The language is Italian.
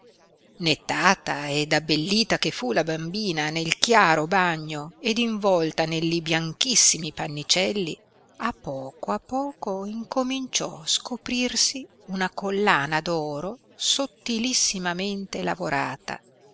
nettata ed abbellita che fu la bambina nel chiaro bagno ed involta nelli bianchissimi pannicelli a poco a poco incominciò scoprirsi una collana d'oro sottilissimamente lavorata